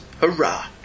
hurrah